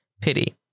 Pity